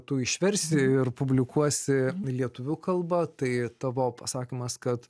tu išversi ir publikuosi lietuvių kalba tai tavo pasakymas kad